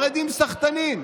החרדים סחטנים.